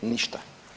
Ništa!